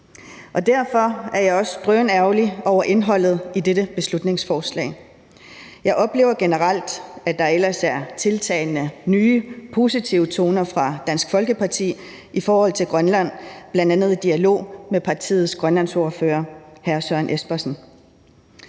Derfor er jeg også drønærgerlig over indholdet i dette beslutningsforslag. Jeg oplever ellers generelt, at der tiltagende er nye positive toner fra Dansk Folkeparti i forhold til Grønland, bl.a. i dialogen med partiets grønlandsordfører, hr. Søren Espersen.